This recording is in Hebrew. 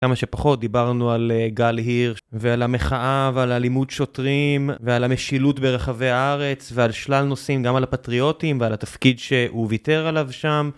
כמה שפחות דיברנו על גל הירש ועל המחאה ועל אלימות שוטרים ועל המשילות ברחבי הארץ, ועל שלל נושאים גם על הפטריוטים ועל התפקיד שהוא ויתר עליו שם